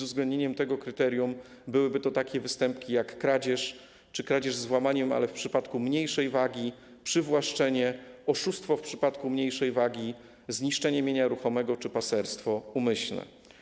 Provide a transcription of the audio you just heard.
Uwzględniając to kryterium, byłyby to takie występki jak kradzież czy kradzież z włamaniem, ale w przypadku mniejszej wagi, przywłaszczenie, oszustwo w przypadku mniejszej wagi, zniszczenie mienia ruchomego czy paserstwo umyślne.